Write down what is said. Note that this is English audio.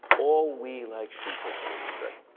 all we, like sheep, have gone astray.